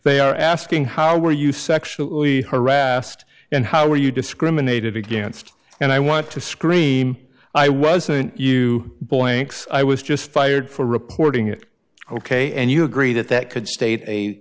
they are asking how were you sexually harassed and how were you discriminated against and i want to scream i wasn't you blanks i was just fired for reporting it ok and you agree that that could state a